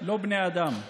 לא בני אדם.